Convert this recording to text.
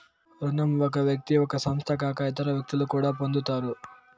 రుణం ఒక వ్యక్తి ఒక సంస్థ కాక ఇతర వ్యక్తులు కూడా పొందుతారు